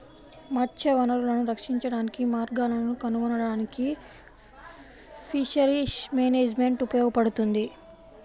మత్స్య వనరులను రక్షించడానికి మార్గాలను కనుగొనడానికి ఫిషరీస్ మేనేజ్మెంట్ ఉపయోగపడుతుంది